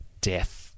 Death